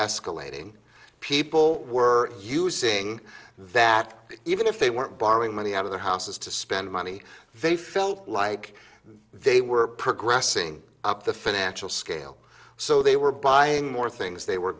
escalating people were using that even if they weren't borrowing money out of their houses to spend money they felt like they were progressing up the financial scale so they were buying more things they were